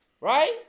Right